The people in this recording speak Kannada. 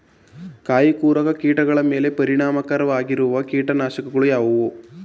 ಕಾಯಿಕೊರಕ ಕೀಟಗಳ ಮೇಲೆ ಪರಿಣಾಮಕಾರಿಯಾಗಿರುವ ಕೀಟನಾಶಗಳು ಯಾವುವು?